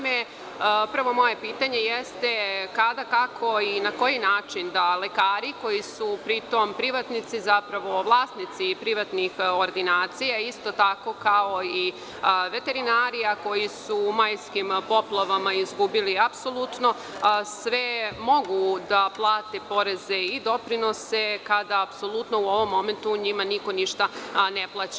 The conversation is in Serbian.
Moje prvo pitanje jeste kada, kako i na koji način da lekari koji su pritom privatnici, zapravo vlasnici privatnih ordinacija isto tako kao i veterinari, a koji su u majskim poplavama izgubili apsolutno sve, mogu da plate poreze i doprinose kada apsolutno u ovom momentu njima niko ništa ne plaća.